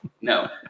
no